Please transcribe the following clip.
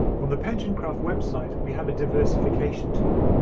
on the pensioncraft website we have a diversification tool.